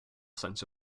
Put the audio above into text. sense